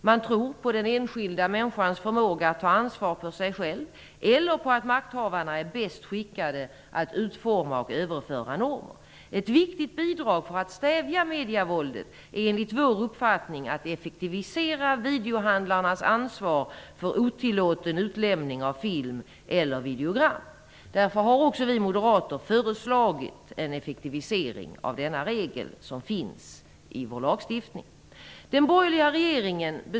Man tror antingen på den enskilda människans förmåga att ta ansvar för sig själv eller på att makthavarna är bäst skickade att utforma och överföra normer. Ett viktigt bidrag för att stävja medievåldet är enligt vår uppfattning att effektivisera videohandlarnas ansvar för otillåten utlämning av film eller videogram. Därför har också vi moderater föreslagit en effektivisering av den regel härom som finns i vår lagstiftning.